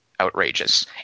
outrageous